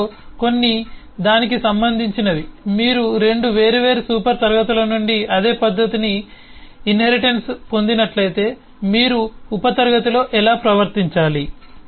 వాటిలో కొన్ని దానికి సంబంధించినవి మీరు 2 వేర్వేరు సూపర్ క్లాస్ ల నుండి అదే పద్ధతిని ఇన్హెరిటెన్స్గా పొందినట్లయితే మీరు ఉప క్లాస్ లో ఎలా ప్రవర్తించాలి